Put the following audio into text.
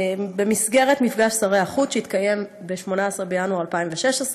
במסגרת מפגש שרי החוץ שהתקיים ב-18 בינואר 2016,